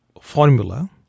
formula